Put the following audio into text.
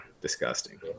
disgusting